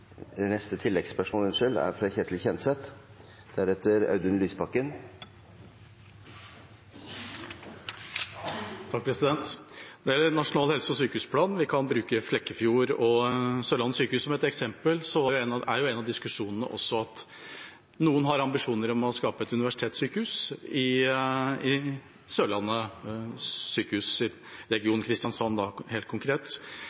Ketil Kjenseth – til oppfølgingsspørsmål. Når det gjelder Nasjonal helse- og sykehusplan, kan vi bruke Flekkefjord og Sørlandet sykehus som et eksempel, for en av diskusjonene er jo også at noen har ambisjoner om å skape et universitetssykehus i Sørlandet sykehus sin region – i Kristiansand, helt konkret.